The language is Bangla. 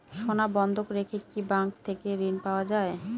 সোনা বন্ধক রেখে কি ব্যাংক থেকে ঋণ পাওয়া য়ায়?